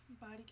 body